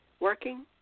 working